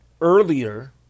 earlier